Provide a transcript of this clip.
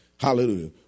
Hallelujah